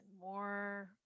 more